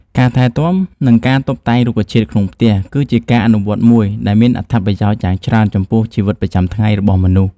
ការថែទាំ និងការតុបតែងរុក្ខជាតិក្នុងផ្ទះគឺជាការអនុវត្តមួយដែលមានអត្ថប្រយោជន៍យ៉ាងច្រើនចំពោះជីវិតប្រចាំថ្ងៃរបស់មនុស្ស។